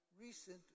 recent